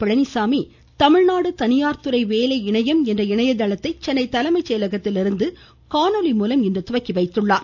பழனிசாமி தமிழ்நாடு தனியார்துறை வேலை இணையம் என்ற இணையதளத்தை சென்னை தலைமைச் செயலகத்திலிருந்து இன்று காணொலி மூலம் துவக்கி வைத்தார்